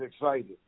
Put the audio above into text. excited